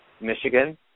Michigan